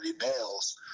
males